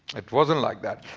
it wasn't like that.